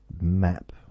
map